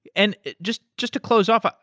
and just just to close off,